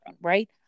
right